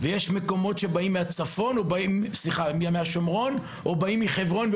יש כאלה שמגיעים מצפון השומרון או מחברון,